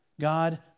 God